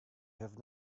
have